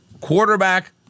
quarterback